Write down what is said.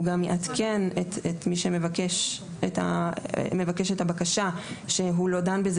הוא גם יעדכן את מי שמבקש את הבקשה שהוא לא דן בזה